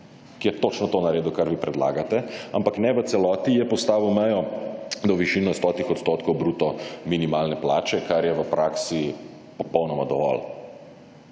Ki je točno to naredil, kar vi predlagate. Ampak ne v celoti, je postavil mejo do višine 100 % bruto minimalne plače, kar je v praksi popolnoma dovolj.